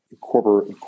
corporate